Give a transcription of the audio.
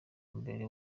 mbere